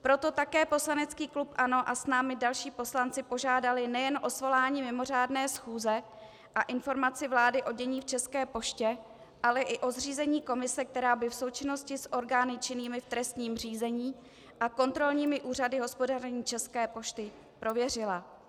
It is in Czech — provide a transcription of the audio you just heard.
Proto také poslanecký klub ANO a s námi další poslanci požádali nejen o svolání mimořádné schůze a informaci vlády o dění v České poště, ale i o zřízení komise, která by v součinnosti s orgány činnými v trestním řízení a kontrolními úřady hospodaření České pošty prověřila.